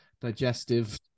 digestive